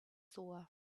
saw